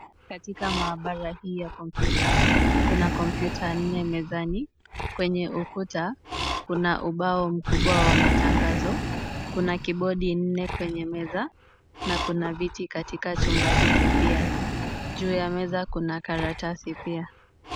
Katika maabara hii ya kompiuta kuna kompiuta nne mezani. Kwenye ukuta kuna ubao mkubwa wa matangazo, kuna kibodi nne kwenye meza na kuna viti katika chumba hiki pia. Juu ya meza kuna karatasi pia.